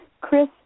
Chris